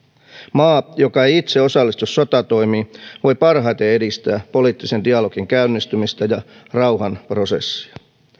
maa joka ei itse osallistu sotatoimiin voi parhaiten edistää poliittisen dialogin käynnistymistä ja rauhanprosessia